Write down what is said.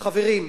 חברים,